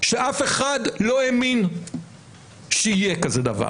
כשאף אחד לא האמין שיהיה כזה דבר,